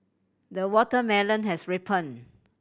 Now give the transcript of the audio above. the watermelon has ripened